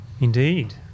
Indeed